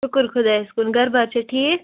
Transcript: شکر خۄدایَس کُن گھرٕ بار چھا ٹھیٖک